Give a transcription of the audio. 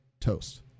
Toast